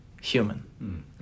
human